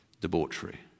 debauchery